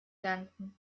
danken